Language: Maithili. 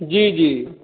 जी जी